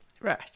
Right